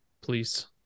Please